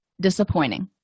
Disappointing